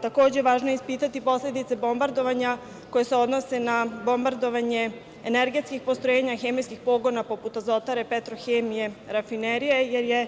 Takođe, važno je ispitati posledice bombardovanja koje se odnose na posledice energetskih postrojenja, hemijskih pogona poput Azotare, Petrohemije, Rafinerije, jer je